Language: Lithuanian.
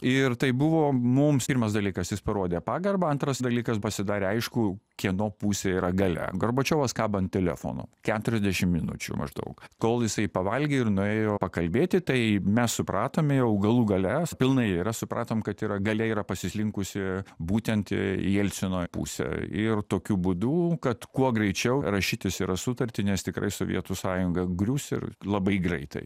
ir tai buvo mums pirmas dalykas jis parodė pagarbą antras dalykas pasidarė aišku kieno pusėj yra galia gorbačiovas kaba an telefono keturiasdešim minučių maždaug kol jisai pavalgė ir nuėjo pakalbėti tai mes supratome jau galų gale pilnai yra supratome kad yra galia yra pasislinkusi būtent į jelcino pusę ir tokiu būdu kad kuo greičiau rašytis yra sutartį nes tikrai sovietų sąjunga grius ir labai greitai